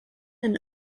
and